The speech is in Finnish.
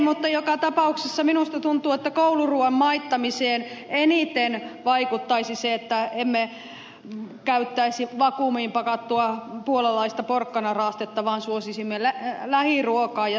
mutta joka tapauksessa minusta tuntuu että kouluruuan maittamiseen eniten vaikuttaisi se että emme käyttäisi vakuumiin pakattua puolalaista porkkanaraastetta vaan suosisimme lähiruokaa ja sesonkituotteita